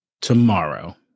tomorrow